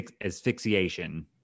asphyxiation